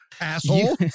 asshole